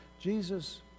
Jesus